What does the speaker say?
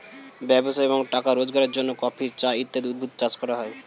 ব্যবসা এবং টাকা রোজগারের জন্য কফি, চা ইত্যাদি উদ্ভিদ চাষ করা হয়